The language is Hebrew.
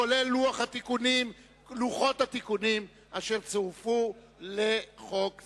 כולל לוחות התיקונים אשר צורפו לחוק זה.